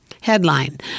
Headline